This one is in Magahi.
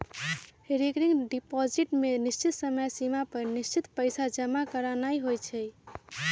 रिकरिंग डिपॉजिट में निश्चित समय सिमा पर निश्चित पइसा जमा करानाइ होइ छइ